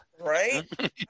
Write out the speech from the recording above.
right